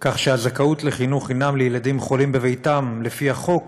כך שהזכאות לחינוך חינם לילדים חולים בביתם לפי החוק